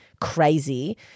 crazy